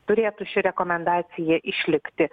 turėtų ši rekomendacija išlikti